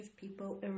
people